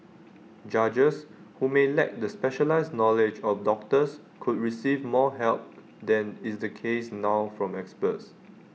judges who may lack the specialised knowledge of doctors could receive more help than is the case now from experts